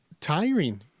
tiring